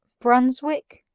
Brunswick